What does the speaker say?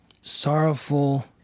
sorrowful